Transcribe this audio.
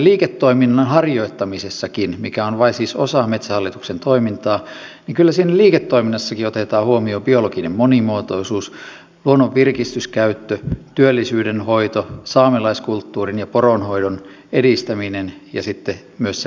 liiketoiminnan harjoittamisessakin mikä on vain siis osa metsähallituksen toimintaa otetaan huomioon biologinen monimuotoisuus luonnon virkistyskäyttö työllisyyden hoito saamelaiskulttuurin ja poronhoidon edistäminen ja sitten myös se matkailuelinkeino